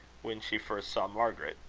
when she first saw margaret.